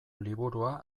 liburua